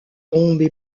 tombes